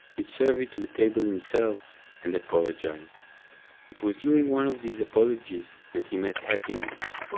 he'd serve it to the table himself and apologize it was during one of these apologies that he met happiness,